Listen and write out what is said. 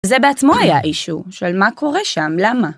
זה בעצמו היה אישיו של מה קורה שם, למה?